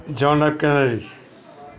john D kennedy